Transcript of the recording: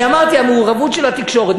אני אמרתי, המעורבות של התקשורת.